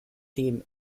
dem